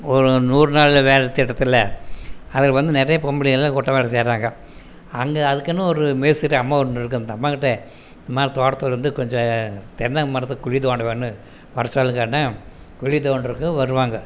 ஒரு நூறு நாள் வேலை தேடுறதுல்ல அதில் வந்து நிறையா பொம்பளையாளெல்லாம் நிறையா குட்டை வேலை செய்கிறாங்க அங்கே அதுக்குன்னு ஒரு மேஸ்திரி அம்மா ஒன்று இருக்கும் அந்த அம்மா கிட்ட அம்மா தோட்டத்தில் வந்து கொஞ்சம் தென்னை மரத்தை குழி தோண்ட வேணும் பரசனலுக்கான்னு குழி தோண்டுறதுக்கு வருவாங்க